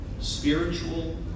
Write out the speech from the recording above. spiritual